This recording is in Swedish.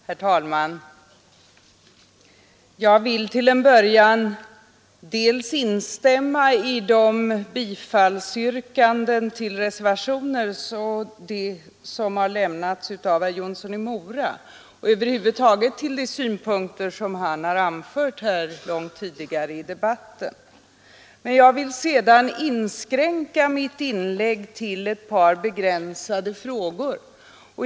Herr talman! Jag vill till en början instämma i de bifallsyrkanden som här redan tidigare gjorts till de reservationer som har lämnats av herr Jonsson i Mora — och jag vill över huvud taget instämma i de synpunkter som han har anfört långt tidigare i debatten. I övrigt vill jag inskränka mitt inlägg till ett par begränsade frågor.